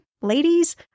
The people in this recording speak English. ladies